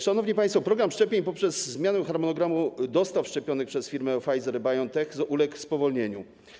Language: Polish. Szanowni państwo, program szczepień poprzez zmianę harmonogramu dostaw szczepionek przez firmę Pfizer BioNTech uległ spowolnieniu.